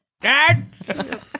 Dad